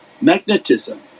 magnetism